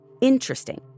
interesting